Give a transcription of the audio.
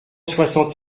soixante